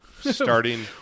Starting